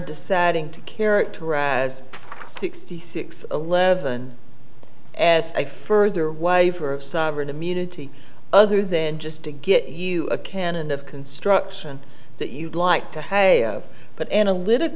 deciding to characterize sixty six eleven as a further waiver of sovereign immunity other than just to get you a canon of construction that you'd like to have but analytical